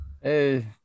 Hey